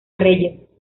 reyes